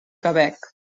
quebec